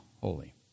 holy